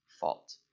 fault